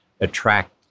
attract